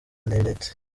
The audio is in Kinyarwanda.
internet